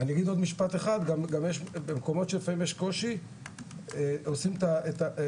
אני אגיד עוד משפט אחד גם במקומות שלפעמים יש קושי עושים את המגרשים